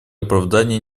оправдания